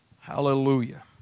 Hallelujah